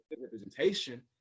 Representation